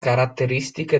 caratteristiche